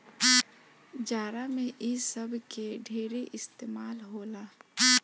जाड़ा मे इ सब के ढेरे इस्तमाल होला